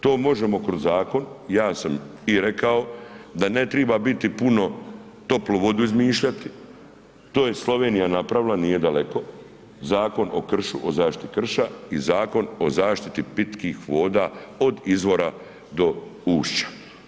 To možemo kroz zakon, ja sam i rekao da ne triba biti puno toplu vodu izmišljati, to je Slovenija napravila nije daleko, zakon o kršu, o zaštiti krša i zakon o zaštiti pitkih voda od izvora do ušća.